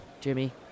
Jimmy